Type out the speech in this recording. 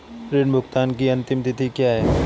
ऋण भुगतान की अंतिम तिथि क्या है?